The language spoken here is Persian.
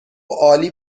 عالی